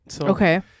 Okay